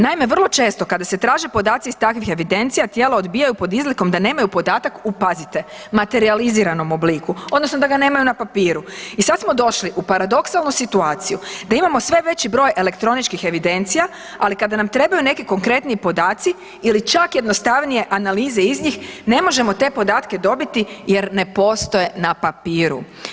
Naime, vrlo često kada se traže podaci iz takvih evidencija, tijela odbijaju pod izlikom da nemaju podatak u, pazite, materijaliziranom obliku, odnosno da ga nemaju na papiru i sad smo došli u paradoksalnu situaciju da imamo sve veći broj elektroničkih evidencija, ali kada nam trebaju neki konkretniji podaci ili čak jednostavnije analize iz njih, ne možemo te podatke dobiti jer ne postoje na papiru.